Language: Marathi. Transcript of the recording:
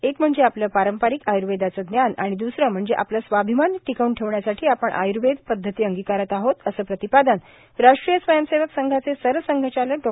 एक म्हणजे आपल पारंपारिक आय्र्वेदाच ज्ञान आणि द्रसर म्हणजे आपल स्वाभिमान टिकव्न ठेवण्यासाठी आपण आयुर्वेद पद्धती अंगीकारत आहोत असं प्रतिपादन राष्ट्रीय स्वयंसेवक संघाचे सर संघचालक डॉ